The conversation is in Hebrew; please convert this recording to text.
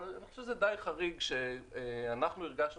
אבל אני חושב שזה די חריג שאנחנו הרגשנו